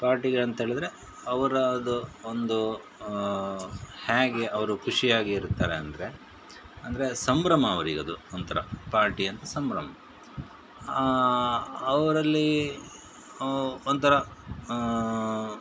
ಪಾರ್ಟಿಗೆ ಅಂತೇಳಿದರೆ ಅವರ ಅದು ಒಂದು ಹೇಗೆ ಅವರು ಖುಷಿಯಾಗಿ ಇರ್ತಾರೆ ಅಂದರೆ ಅಂದರೆ ಸಂಭ್ರಮ ಅವ್ರಿಗೆ ಅದು ಒಂಥರ ಪಾರ್ಟಿ ಅಂತ ಸಂಭ್ರಮ ಅವರಲ್ಲಿ ಒಂಥರ